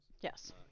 Yes